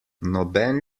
noben